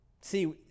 See